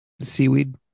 Seaweed